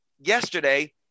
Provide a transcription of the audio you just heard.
yesterday